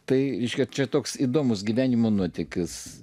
tai reiškia čia toks įdomus gyvenimo nuotykis